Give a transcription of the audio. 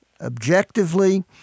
objectively